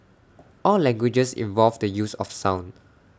all languages involved the use of sound